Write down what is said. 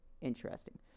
Interesting